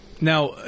Now